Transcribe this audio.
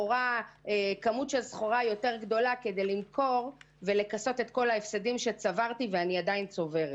כדי למכור ולכסות את כל ההפסדים שצברתי ואני עדיין צוברת.